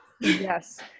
Yes